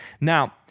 Now